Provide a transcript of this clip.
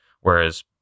Whereas